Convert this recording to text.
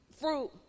fruit